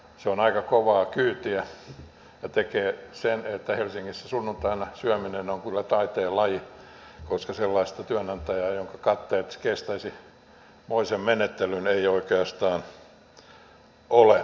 se on aika kovaa kyytiä ja tekee sen että helsingissä sunnuntaina syöminen on kyllä taiteenlaji koska sellaista työnantajaa jonka katteet kestäisivät moisen menettelyn ei oikeastaan ole